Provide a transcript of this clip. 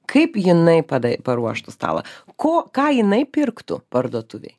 kaip jinai pada paruoštų stalą ko ką jinai pirktų parduotuvėj